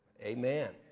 Amen